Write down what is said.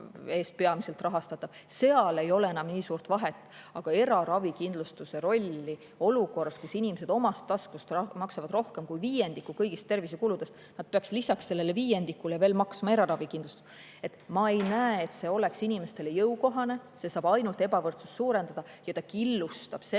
eest peamiselt rahastatav, seal ei ole enam nii suurt vahet. Aga eraravikindlustuse roll olukorras, kus inimesed omast taskust maksavad rohkem kui viiendiku kõigist tervisekuludest ja peaksid lisaks sellele viiendikule veel maksma eraravikindlustust – ma ei näe, et see oleks inimestele jõukohane. See saab ainult ebavõrdsust suurendada ja killustab seda